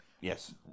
Yes